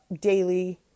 daily